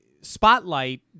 spotlight